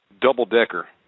double-decker